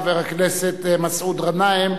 חבר הכנסת מסעוד גנאים.